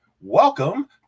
Welcome